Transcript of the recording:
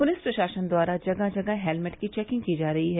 police प्रशासन द्वारा जगह जगह हेलमेट की चेकिंग की जा रही है